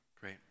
Great